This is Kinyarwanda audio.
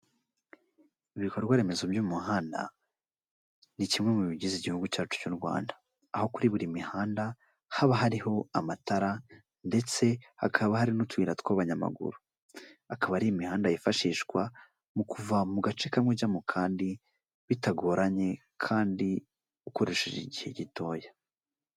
Ibikorwa remezo by'umuhanda ni kimwe mu bigize igihugu cyacu cy'u Rwanda aho kuri buri mihanda haba hariho amatara ndetse hakaba hari n'utuyira tw'abanyamaguru, akaba ari imihanda yifashishwa mu kuva mu gace kamwe ujya mu kandi bitagoranye kandi ukoresheje igihe gitoya.